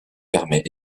permet